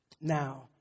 now